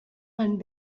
van